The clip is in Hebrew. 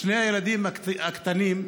שני הילדים הקטנים,